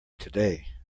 today